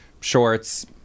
shorts